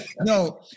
No